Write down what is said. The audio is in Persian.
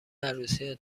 عروسی